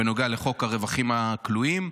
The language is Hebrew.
בנוגע לחוק הרווחים הכלואים,